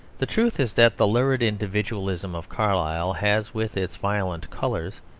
the truth is that the lurid individualism of carlyle has, with its violent colours,